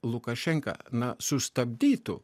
lukašenka na sustabdytų